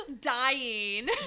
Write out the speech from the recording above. Dying